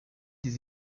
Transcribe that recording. des